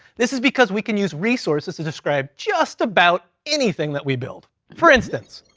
this is because we can use resources to describe just about anything that we build. for instance,